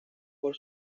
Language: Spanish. por